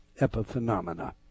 epiphenomena